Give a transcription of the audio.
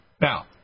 Now